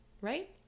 right